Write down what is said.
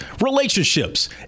relationships